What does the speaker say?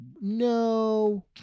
No